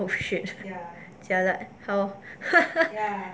oh shit jialat how